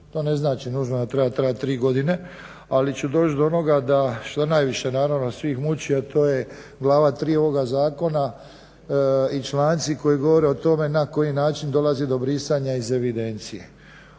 To ne znači nužno da treba trajati tri godine, ali ću doći do onoga da što najviše naravno sve muči a to je glava 3 ovoga zakona i članci koji govore o tome na koji način dolazi do brisanja iz evidencije.